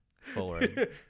forward